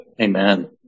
Amen